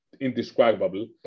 indescribable